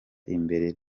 imbere